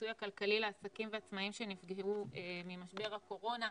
הפיצוי הכלכלי לעסקים ועצמאים שנפגעו ממשבר הקורונה.